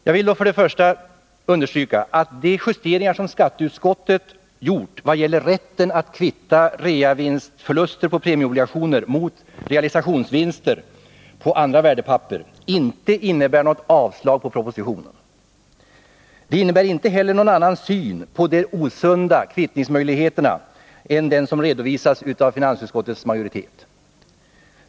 Jag vill för det första understryka att de justeringar som skatteutskottet gjort vad gäller rätten att kvitta reavinstförluster på premieobligationer mot realisationsvinster på andra värdepapper inte innebär något avslag på propositionen. Det innebär inte heller någon annan syn på de osunda kvittningsmöjligheterna än den som redovisas av finansutskottets majoritet.